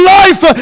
life